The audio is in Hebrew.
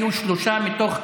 היו שלושה מתוך,